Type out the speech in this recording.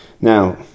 Now